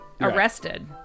arrested